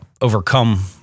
overcome